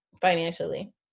financially